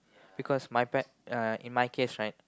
because my pa~ uh in my case right